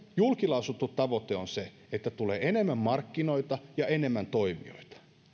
julkilausuttu tavoite on se että tulee enemmän markkinoita ja enemmän toimijoita